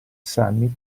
summit